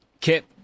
Kip